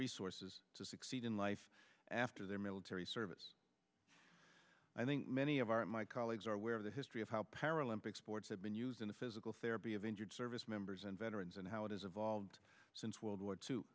resources to succeed in life after their military service i think many of our my colleagues are aware of the history of how paralympic sports have been used in the physical therapy of injured service members and veterans and how it has evolved since world war two